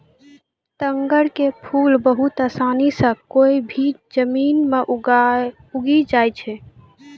तग्गड़ के फूल बहुत आसानी सॅ कोय भी जमीन मॅ उगी जाय छै